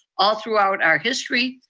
all throughout our history.